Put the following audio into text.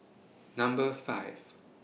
Number five